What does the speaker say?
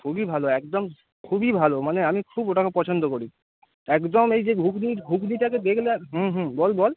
খুবই ভালো একদম খুবই ভালো মানে আমি খুব ওটাকে পছন্দ করি একদম এই যে ঘুগনির ঘুগনিটাকে দেখলে হুম হুম বল বল